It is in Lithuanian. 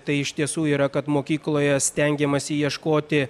tai iš tiesų yra kad mokykloje stengiamasi ieškoti